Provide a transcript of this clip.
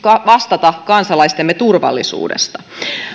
vastata kansalaistemme turvallisuudesta